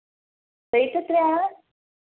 റേയ്റ്റെത്രയാണ്